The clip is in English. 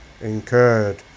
incurred